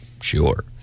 sure